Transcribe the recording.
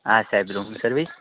હા સાહેબ room service